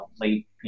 late